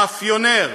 המאפיונר,